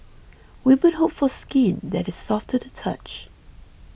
women hope for skin that is soft to the touch